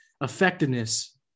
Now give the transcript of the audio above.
effectiveness